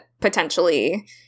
potentially